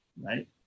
Right